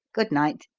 good-night!